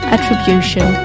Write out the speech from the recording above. Attribution